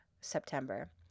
September